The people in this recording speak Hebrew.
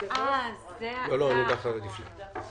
מדובר בבעיה בירוקרטית.